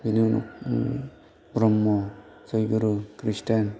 बिनि उनाव ब्रह्म जयगुरु खृष्टियान